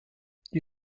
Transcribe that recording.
die